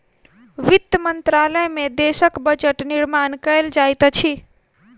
वित्त मंत्रालय में देशक बजट निर्माण कयल जाइत अछि